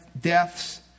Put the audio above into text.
deaths